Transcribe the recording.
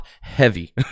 heavy